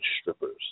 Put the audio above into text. Strippers